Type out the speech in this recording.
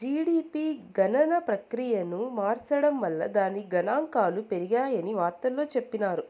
GDP గణన ప్రక్రియను మార్సడం వల్ల దాని గనాంకాలు పెరిగాయని వార్తల్లో చెప్పిన్నారు